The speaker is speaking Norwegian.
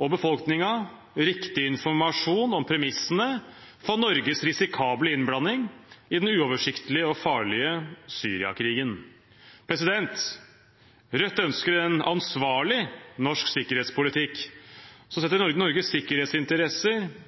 og befolkningen riktig informasjon om premissene for Norges risikable innblanding i den uoversiktlige og farlige Syria-krigen. Rødt ønsker en ansvarlig norsk sikkerhetspolitikk som setter Norges sikkerhetsinteresser,